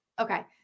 okay